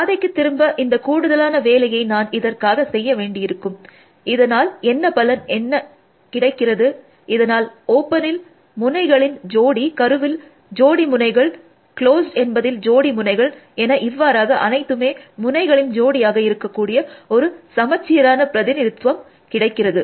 பாதைக்கு திரும்ப இந்த கூடுதலான வேலையை நான் இதற்காக செய்ய வேண்டியிருக்கும் இதனால் என்ன பலன் என்ன கிடைக்கிறது இதனால் ஓப்பனில் முனைகளின் ஜோடி கருவில் ஜோடி முனைகள் க்ளோஸ்ட் என்பதில் ஜோடி முனைகள் என இவ்வாறாக அனைத்துமே முனைகளின் ஜோடியாக இருக்கக்கூடிய ஒரு சமச்சீரான பிரதிநிதித்துவம் கிடைக்கிறது